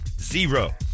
zero